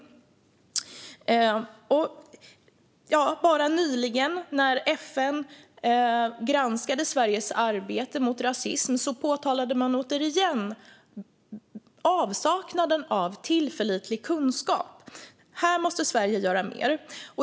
När FN nyligen granskade Sveriges arbete mot rasism påtalade man återigen avsaknaden av tillförlitlig kunskap. Här måste Sverige göra mer.